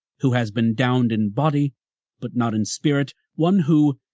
who has been downed in body but not in spirit, one who,